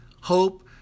hope